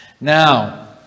now